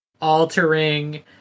altering